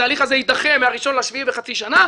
התהליך הזה יידחה מה-1 ביולי בחצי שנה.